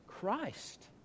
Christ